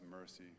mercy